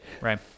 Right